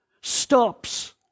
stops